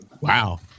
Wow